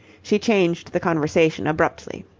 she changed the conversation abruptly.